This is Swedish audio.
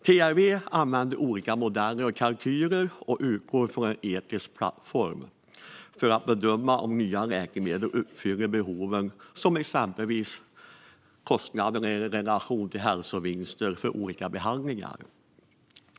TLV använder olika modeller och kalkyler och utgår från en etisk plattform för att bedöma om nya läkemedel uppfyller behoven, exempelvis kostnaden i relation till hälsovinster för olika behandlingar.